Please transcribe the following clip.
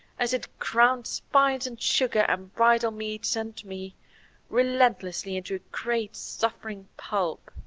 as it ground spice and sugar and bridal meats and me relentlessly into a great suffering pulp.